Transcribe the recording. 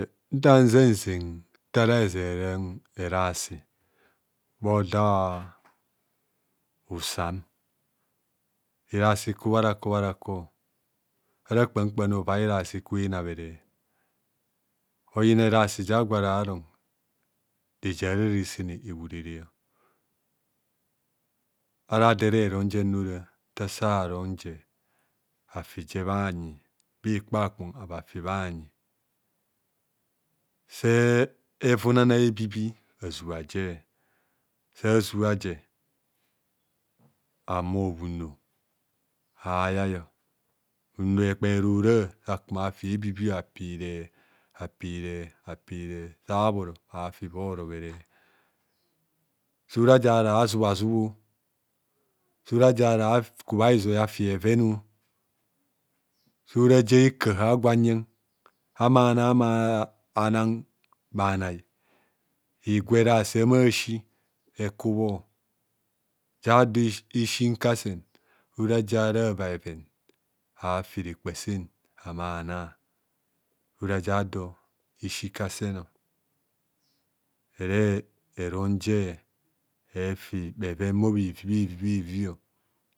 Nta nzeng nze nta ẹrẹ ezeng nta ere ezeng erong erasi, bha odo usa m, erasi ikubha bha rako bha rako, ara kpam kpam re ọvai erasi ekubho ena mere oyina ovai erasi jara agwo ara arong reje ara ara resene ewurene. Are ado era rong je no ara, nta asa rong je afi jo bha nyi bha ikpa kpong ava afi bha anyi. Sa evunana ebibi azubha je, ahumo bhuno ayai o bhuno heknene ebibi, apiri apire, apire, apire, sa abhoro afi bha omere so ora ja ara azubhazub so ara ja ara akubhaizoi afi bheveno so ora ja hekaha agwo anyena, ama anang ma anang bhana o higwa erasi masi. Ja ado esikasen ora ja bhaven bhe fubho nzia arong